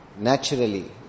naturally